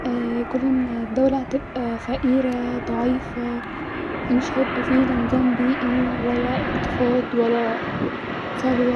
كل ما كان الدولي هتبقي فقيره وضعيفه مش هيبقي فيه لانظام بيئي ولا اقتصاد-ولا ثروه